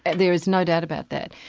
and there is no doubt about that.